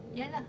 ya lah